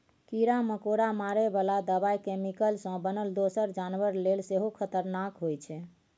कीरा मकोरा मारय बला दबाइ कैमिकल सँ बनल दोसर जानबर लेल सेहो खतरनाक होइ छै